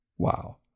wow